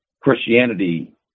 Christianity